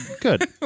Good